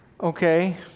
Okay